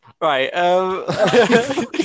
right